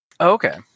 Okay